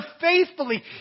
faithfully